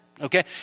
okay